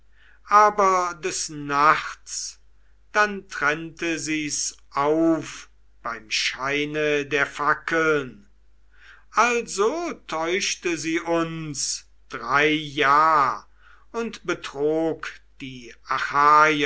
aber des nachts dann trennte sie's auf beim scheine der fackeln also täuschte sie uns drei jahr und betrog die achaier